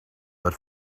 but